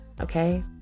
okay